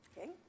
Okay